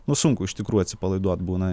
nu sunku iš tikrųjų atsipalaiduot būna